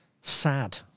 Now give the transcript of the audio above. sad